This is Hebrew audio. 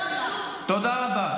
תודה רבה.